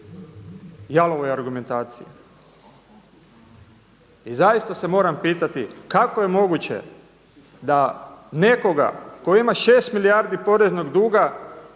jalovoj argumentaciji. I zaista se moram pitati kako je moguće da nekoga tko ima 6 milijardi poreznog duga